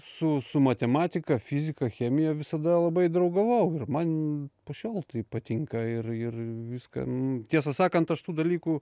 su su matematika fizika chemija visada labai draugavau ir man po šiol tai patinka ir ir viską tiesą sakant aš tų dalykų